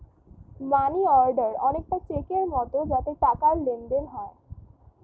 মানি order অনেকটা চেকের মতো যাতে টাকার লেনদেন হয়